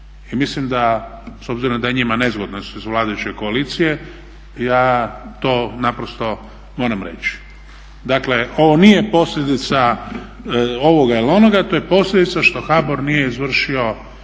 mislim da, s obzirom da je njima nezgodno jer su iz vladajuće koalicije ja to naprosto moram reći. Dakle ovo nije posljedica ovoga ili onoga, to je posljedica što HBOR nije izvršio